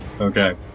Okay